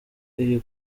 iyi